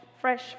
Fresh